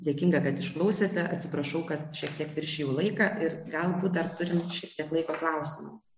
dėkinga kad išklausėte atsiprašau kad šiek tiek viršijau laiką ir galbūt dar turim šitiek laiko klausimams